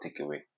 takeaway